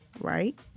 Right